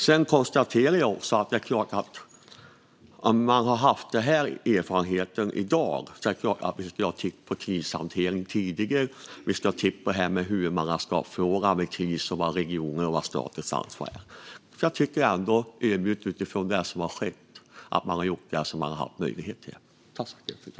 Sedan konstaterar jag också att det är klart att om man hade haft den här erfarenheten i dag skulle man ha tittat på krishantering tidigare och på det här med huvudmannafrågan vid kris och vad som är regioners och vad som är statens ansvar. Jag tycker ändå, ödmjukt och utifrån det som har skett, att man har gjort det som man har haft möjlighet att göra.